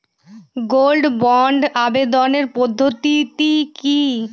Gold বন্ডে আবেদনের পদ্ধতিটি কি?